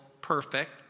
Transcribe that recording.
perfect